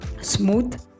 smooth